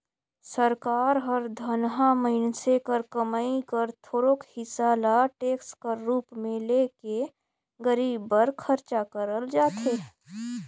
सरकार हर धनहा मइनसे कर कमई कर थोरोक हिसा ल टेक्स कर रूप में ले के गरीब बर खरचा करल जाथे